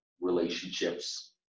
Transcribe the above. relationships